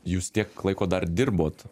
jūs tiek laiko dar dirbot